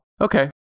Okay